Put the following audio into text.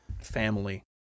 family